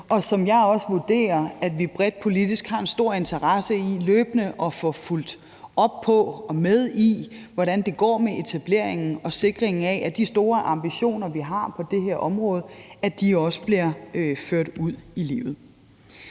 og jeg vurderer også, at vi bredt politisk har en stor interesse i løbende at få fulgt op på og med i, hvordan det går med etableringen og sikringen af, at de store ambitioner, vi har på det her område, også bliver ført ud i livet.